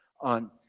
on